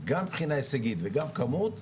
גם מבחינה הישגית וגם כמות,